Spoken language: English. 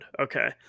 Okay